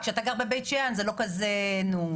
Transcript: כשאתה גר בבית שאן זה לא כזה נו,